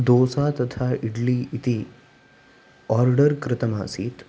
दोसा तथा इड्ली इति आर्डर् कृतम् आसीत्